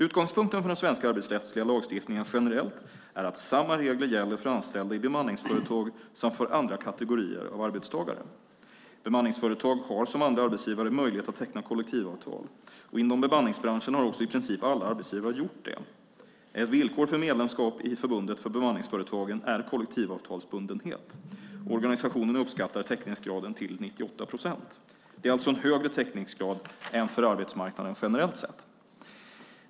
Utgångspunkten för den svenska arbetsrättsliga lagstiftningen generellt är att samma regler gäller för anställda i bemanningsföretag som för andra kategorier av arbetstagare. Bemanningsföretag har som andra arbetsgivare möjlighet att teckna kollektivavtal. Inom bemanningsbranschen har också i princip alla arbetsgivare gjort det. Ett villkor för medlemskap i förbundet för bemanningsföretagen är kollektivavtalsbundenhet. Organisationen uppskattar täckningsgraden till 98 procent. Det är alltså en högre täckningsgrad än för arbetsmarknaden generellt sett.